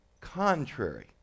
contrary